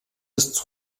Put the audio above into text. des